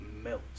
melt